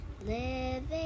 Living